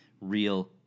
real